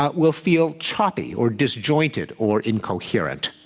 ah will feel choppy or disjointed or incoherent.